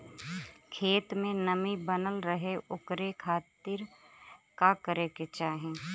खेत में नमी बनल रहे ओकरे खाती का करे के चाही?